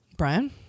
Brian